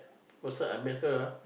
first time I met her ah